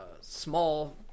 small